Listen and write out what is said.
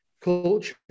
culture